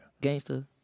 Gangster